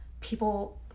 people